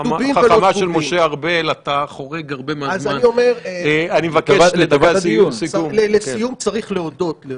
אני חושבת שכן דבר אפקטיבי שיכול לצאת מפה